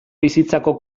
bizitzako